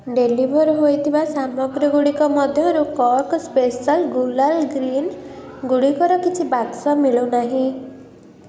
deliver ହୋଇଥିବା ସାମଗ୍ରୀଗୁଡ଼ିକ ମଧ୍ୟରୁ କକ୍ ସ୍ପେସାଲ୍ ଗୁଲାଲ୍ ଗ୍ରୀନ୍ ଗୁଡ଼ିକର କିଛି ବାକ୍ସ ମିଳୁନାହିଁ